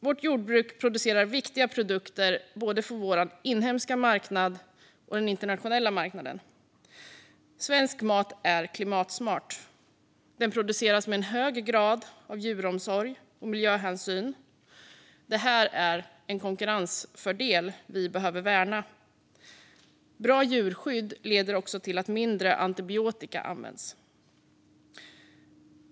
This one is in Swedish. Vårt jordbruk producerar viktiga produkter för både vår inhemska marknad och den internationella marknaden. Svensk mat är klimatsmart. Den produceras med hög grad av djuromsorg och miljöhänsyn. Det är en konkurrensfördel som vi behöver värna. Bra djurskydd leder också till att mindre antibiotika används.